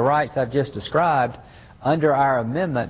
the right that just described under our i'm in that